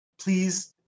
Please